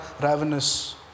ravenous